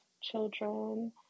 children